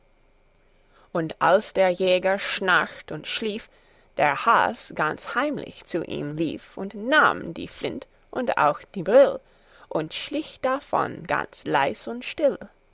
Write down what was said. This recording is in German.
und als der jäger schnarcht und schlief der has ganz heimlich zu ihm lief und nahm die flint und auch die brill und schlich davon ganz leis und still